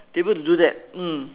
to be able to do that mm